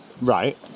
Right